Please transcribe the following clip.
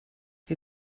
wir